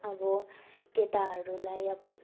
अब केटाहरूलाई अब